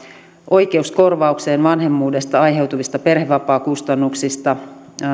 oikeus korvaukseen vanhemmuudesta aiheutuvista perhevapaakustannuksista